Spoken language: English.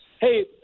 hey